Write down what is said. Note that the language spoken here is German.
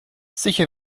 sicher